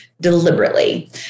deliberately